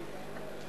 כבוד היושב-ראש,